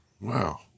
wow